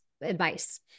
advice